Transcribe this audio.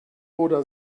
oder